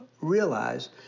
realize